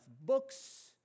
books